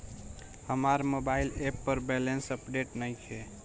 हमार mobile app पर balance update नइखे